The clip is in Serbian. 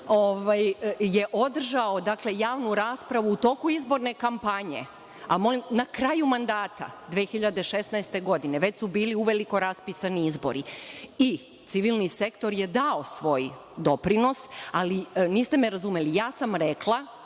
je održao javnu raspravu u toku izborne kampanje, na kraju mandata 2016. godine, već su bili uveliko raspisani izbori. I, civilni sektor je dao svoj doprinos, ali niste me razumeli, ja sam rekla,